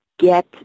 get